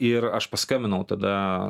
ir aš paskambinau tada